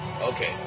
Okay